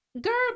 girl